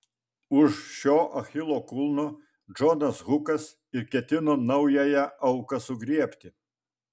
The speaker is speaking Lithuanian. už šio achilo kulno džonas hukas ir ketino naująją auką sugriebti